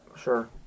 Sure